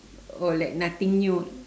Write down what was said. oh like nothing new